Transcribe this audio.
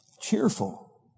cheerful